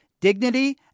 dignity